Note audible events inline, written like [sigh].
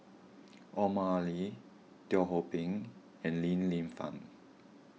[noise] Omar Ali Teo Ho Pin and Li Lienfung